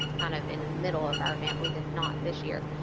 kind of in the middle of our event, we did not this year,